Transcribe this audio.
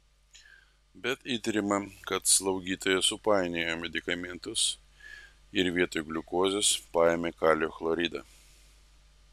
bet įtariama kad slaugytoja supainiojo medikamentus ir vietoj gliukozės paėmė kalio chloridą